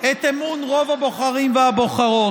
את אמון רוב הבוחרים והבוחרות.